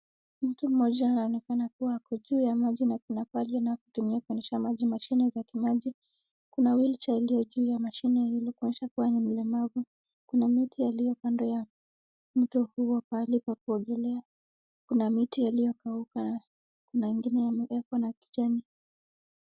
Mtu mmoja anaonekana kuwa ako juu ya maji na kuna pahali anatumia kuendesha maji mashine za kimaji. Kuna wheelchair iliyo juu ya mashine iliyo kuonyesha kuwa ni mlemavu. Kuna miti iliyo kando ya mto huu pahali pa kuogelea. Kuna miti iliyokauka na kuna ingine imeekwa na kijani.